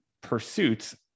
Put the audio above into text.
pursuits